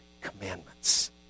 Commandments